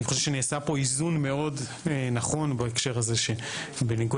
אני חושב שנעשה פה איזון מאוד נכון בהקשר הזה שבנוגע